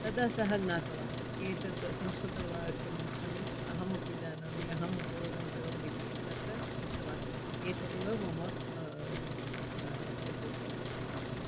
तदा सः ज्ञातवान् एतद् संस्कृतवाक्यं खलु अहमपि जानामि अहम् उपयोगं करोमि इति तत्र उक्तवान् एतदेव मम एतत्